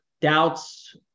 doubts